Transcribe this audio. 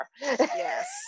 yes